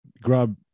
Grub